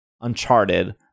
Uncharted